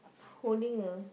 holding a